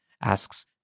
asks